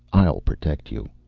i'll protect you.